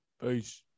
Peace